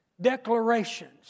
Declarations